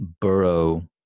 burrow